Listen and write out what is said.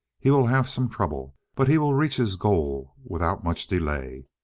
he will have some trouble, but he will reach his goal without much delay.